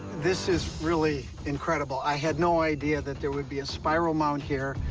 this is really incredible. i had no idea that there would be a spiral mound here.